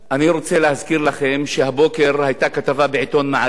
אני רוצה להזכיר לכם שהבוקר היתה כתבה בעיתון "מעריב"